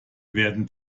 werden